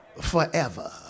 forever